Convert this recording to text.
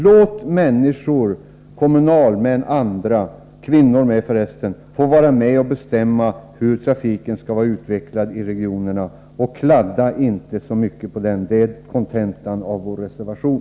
Låt människor, kommunalmän och andra — kvinnor också för resten — få vara med och bestämma hur trafiken skall vara utvecklad i regionerna och kladda inte så mycket på den! Det är kontentan av vår reservation.